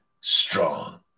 strong